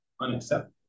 unacceptable